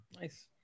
Nice